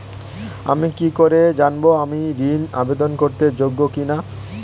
আমি কি করে জানব আমি ঋন আবেদন করতে যোগ্য কি না?